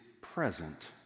present